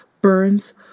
burns